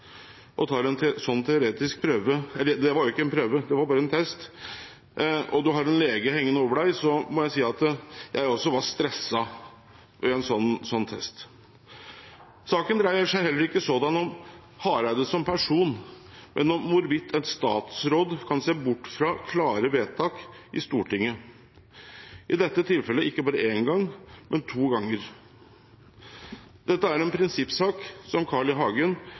eller det var jo ikke en prøve, det var bare en test. Da jeg sto der og hadde en lege hengende over meg, må jeg si at jeg også var stresset under en sånn test. Saken dreier seg som sådan heller ikke om Hareide som person, men om hvorvidt en statsråd kan se bort fra klare vedtak i Stortinget, i dette tilfellet ikke bare én gang, men to ganger. Dette er en prinsippsak som Carl I. Hagen